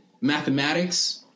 Mathematics